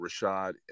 Rashad